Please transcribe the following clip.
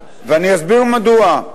ואני אסביר מדוע.